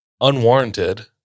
unwarranted